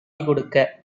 கொடுக்க